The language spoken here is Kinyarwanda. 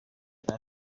yari